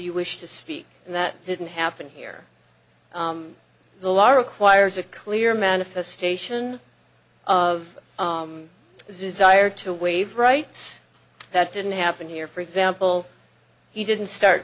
you wish to speak and that didn't happen here the law requires a clear manifestation of desire to waive rights that didn't happen here for example he didn't start